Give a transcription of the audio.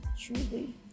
Truly